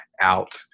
out